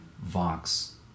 Vox